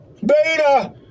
Beta